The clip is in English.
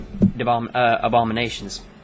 abominations